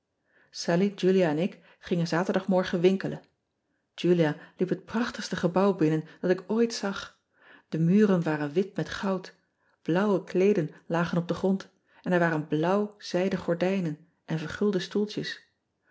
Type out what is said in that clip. allie ulia en ik gingen aterdagmorgen winkelen ean ebster adertje angbeen ulia liep het prachtigste gebouw binnen dat ik ooit zag e muren waren wat met goud blauwe kleeden lagen op den grond en er waren blauw zijden gordijnen en vergulde stoeltjes